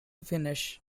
finish